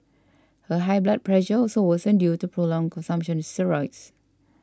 her high blood pressure also worsened due to prolonged consumption of steroids